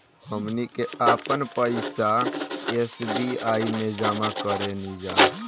हमनी के आपन पइसा एस.बी.आई में जामा करेनिजा